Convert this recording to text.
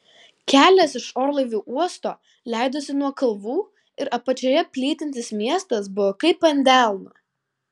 kelias iš orlaivių uosto leidosi nuo kalvų ir apačioje plytintis miestas buvo kaip ant delno